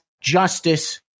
justice